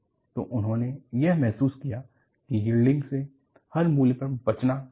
तो उन्होंने यह महसूस किया कि यील्डिंग से हर मूल्य पर बचना चाहिए